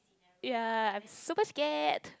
ya I'm super scared